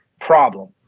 problem